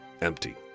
empty